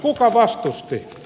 kuka vastusti